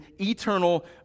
eternal